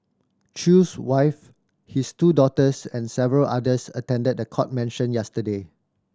Chew's wife his two daughters and several others attended the court mention yesterday